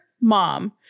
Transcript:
mom